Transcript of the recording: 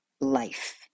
life